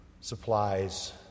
supplies